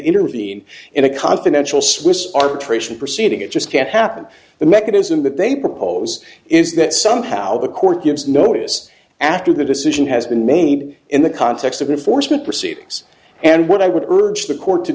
intervene in a confidential swiss arbitration proceeding it just can't happen the mechanism that they propose is that somehow the court gives notice after the decision has been made in the context of unfortunate proceedings and what i would urge the court to